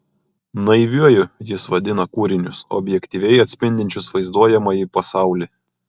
naiviuoju jis vadina kūrinius objektyviai atspindinčius vaizduojamąjį pasaulį